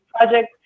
project